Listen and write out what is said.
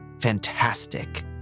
fantastic